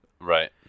right